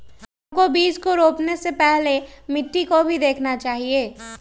हमको बीज को रोपने से पहले मिट्टी को भी देखना चाहिए?